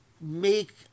make